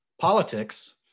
politics